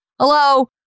hello